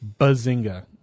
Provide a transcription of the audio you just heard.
Bazinga